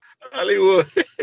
Hollywood